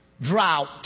drought